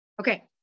Okay